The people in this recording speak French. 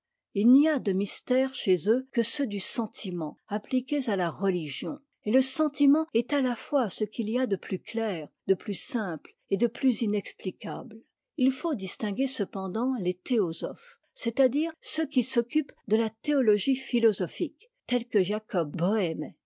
il n'y a de mystères chez eux que ceux du sentiment appliqués à la religion et le sentiment est à la fois ce qu'il y a de plus clair de plus simple et de plus inexplicable il faut distinguer cependant les théosophes c'est-à-dire ceux qui s'occupent de la théologie philosophique tels que